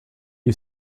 you